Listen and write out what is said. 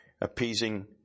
appeasing